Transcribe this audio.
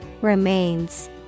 Remains